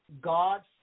God